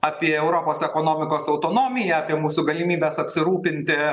apie europos ekonomikos autonomiją apie mūsų galimybes apsirūpinti